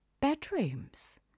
bedrooms